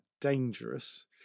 dangerous